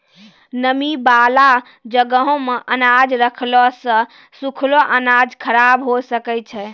नमी बाला जगहो मे अनाज रखला से सुखलो अनाज खराब हुए सकै छै